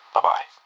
Bye-bye